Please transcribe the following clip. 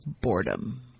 boredom